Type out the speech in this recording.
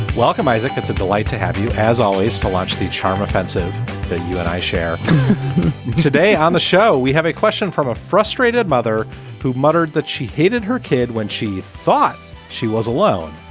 welcome, isaac. it's a delight to have you, as always, to launch the charm offensive that you and i share today on the show we have a question from a frustrated mother who muttered that she hated her kid when she thought she was alone.